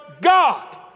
God